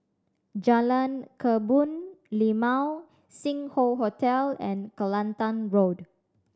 Jalan Kebun Limau Sing Hoe Hotel and Kelantan Road